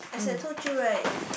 as I told you right